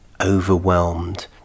overwhelmed